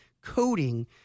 coding